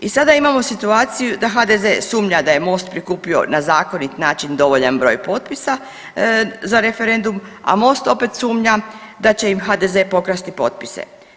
I sada imamo situaciju da HDZ sumnja da je MOST prikupio na zakonit način dovoljan broj potpisa za referendum, a MOST opet sumnja da će im HDZ pokrasti potpisa.